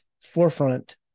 forefront